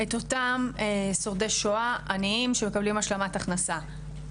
את אותם שורדי שואה עניים שמקבלים השלמת הכנסה.